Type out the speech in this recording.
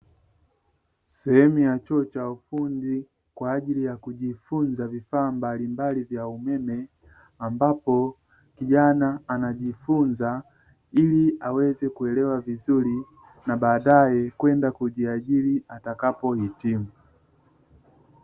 Sehemu ya chuo cha ufundi kwa ajili ya kujifunza vifaa mbalimbali vya umeme, ambapo kijana anajifunza ili aweze kuelewa vizuri na baadaye kwenda kujiajiri atakapohitimu.